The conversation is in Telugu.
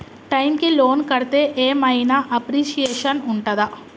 టైమ్ కి లోన్ కడ్తే ఏం ఐనా అప్రిషియేషన్ ఉంటదా?